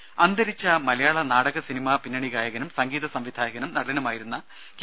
ദര അന്തരിച്ച മലയാള നാടക സിനിമാ പിന്നണി ഗായകനും സംഗീത സംവിധായകനും നടനുമായിരുന്ന കെ